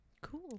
Cool